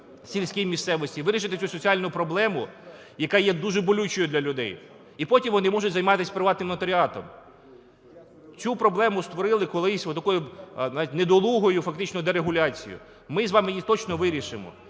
в сільській місцевості, вирішити цю соціальну проблему, яка є дуже болючою для людей. І потім вони можуть займатись приватним нотаріатом. Цю проблему створили колись отакою недолугою фактично дерегуляцією. Ми з вами точно її вирішимо.